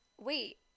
Wait